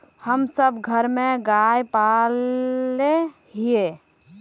हम सब घर में गाय पाले हिये?